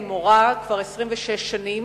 היא מורה כבר 26 שנים